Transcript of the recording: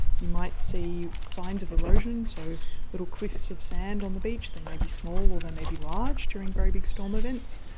you might see signs of erosion, so little cliffs of sand on the beach, they may be small or they may be large during very big storm events.